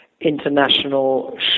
international